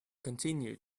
continue